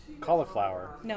cauliflower